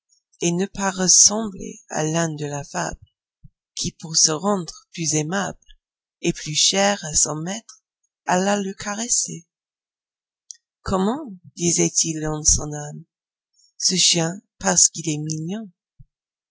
et ne pas ressembler à l'âne de la fable qui pour se rendre plus aimable et plus cher à son maître alla le caresser comment disait-il en son âme ce chien parce qu'il est mignon